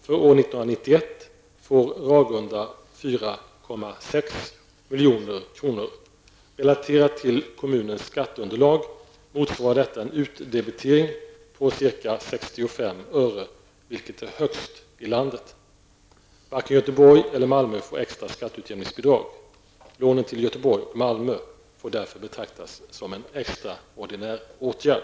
För år 1991 får Ragunda 4,6 milj.kr. Relaterat till kommunens skatteunderlag motsvarar detta en utdebitering på ca 65 öre, vilket är högst i landet. Varken Göteborg eller Malmö får extra skatteutjämningsbidrag. Lånen till Göteborg och Malmö får därför betraktas som en extraordinär åtgärd.